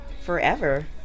forever